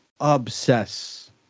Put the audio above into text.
obsess